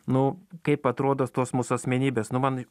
nu kaip atrodo tos mūsų asmenybės nu man